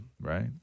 Right